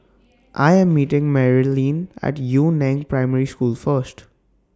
I Am meeting Merilyn At Yu Neng Primary School First